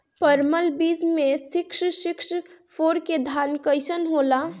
परमल बीज मे सिक्स सिक्स फोर के धान कईसन होला?